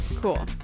Cool